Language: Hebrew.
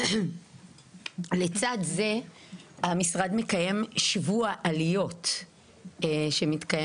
לצד זה המשרד מקיים שבוע עליות שמתקיים